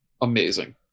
amazing